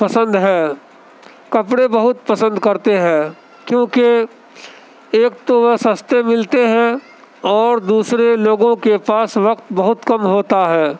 پسند ہیں کپڑے بہت پسند کرتے ہیں کیونکہ ایک تو وہ سستے ملتے ہیں اور دوسرے لوگوں کے پاس وقت بہت کم ہوتا ہے